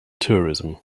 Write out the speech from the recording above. tourism